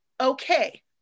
okay